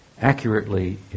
accurately